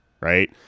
Right